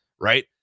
right